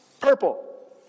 Purple